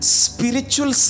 spiritual